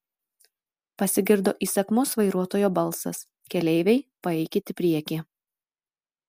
pasigirdo įsakmus vairuotojo balsas keleiviai paeikit į priekį